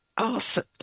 Awesome